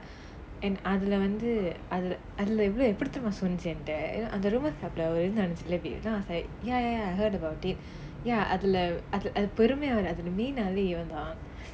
and அதுல வந்து அது அதுல எப்பிடி தெரியுமா சொல்லிச்சி என்ட:lathula vanthu athu athula epidi teriyumaa sollichi enta then I was like ya ya ya I heard about it ya அதுல அதுல பெருமையை வேற அதுல:athula athula perumaya vera athula main ஆளே இவன் தான்:aalae ivan thaan